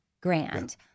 grand